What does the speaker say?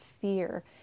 fear